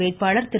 வேட்பாளர் திரு